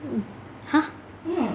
mm !huh!